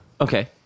Okay